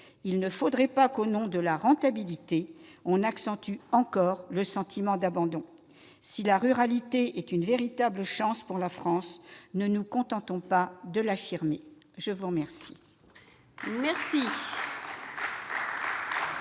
Il ne faudrait pas qu'au nom de la rentabilité on accentue encore le sentiment d'abandon. Si la ruralité est une véritable chance pour la France, ne nous contentons pas de l'affirmer ! La parole